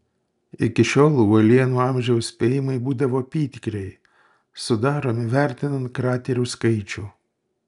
iki šiol uolienų amžiaus spėjimai būdavo apytikriai sudaromi vertinant kraterių skaičių